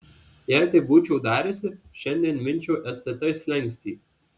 jei taip būčiau dariusi šiandien minčiau stt slenkstį